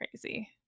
crazy